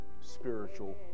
spiritual